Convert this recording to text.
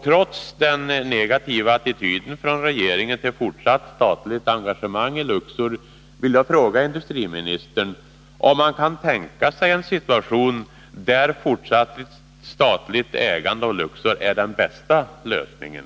Trots den negativa attityden från regeringen till fortsatt statligt engagemang i Luxor vill jag fråga industriministern om han kan tänka sig en situation där fortsatt statligt ägande av Luxor är den bästa lösningen.